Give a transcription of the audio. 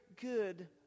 good